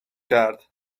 کرد